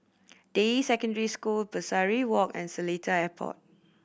Deyi Secondary School Pesari Walk and Seletar Airport